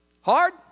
Hard